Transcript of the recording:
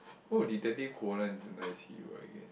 oh Detective-Conan is a nice hero I guess